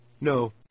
No